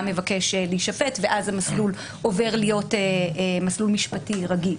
מבקש להישפט ואז המסלול עובר להיות מסלול משפטי רגיל.